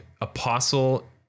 Apostle